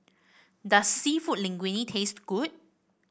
does seafood Linguine taste good